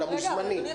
--- אדוני,